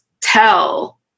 tell